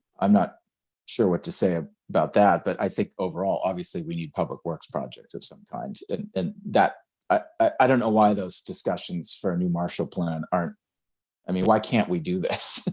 i'm not sure what to say ah about that. but i think overall, obviously we need public works projects of some kind. and that i i don't know why those discussions for a new marshall plan aren't i mean why can't we do this?